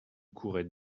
courait